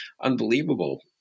unbelievable